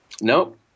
Nope